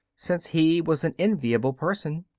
since he was an enviable person,